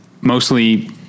mostly